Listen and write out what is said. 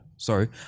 Sorry